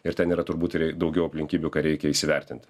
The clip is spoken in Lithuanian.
ir ten yra turbūt ir daugiau aplinkybių ką reikia įsivertint